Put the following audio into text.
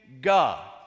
God